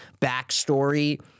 backstory